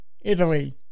Italy